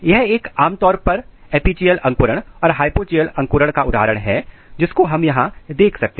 यह एक आमतौर पर एपीजियल अंकुरण और हाइपोजीएल अंकुरण का उदाहरण है जिसको हम यहां देख सकते हैं